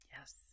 Yes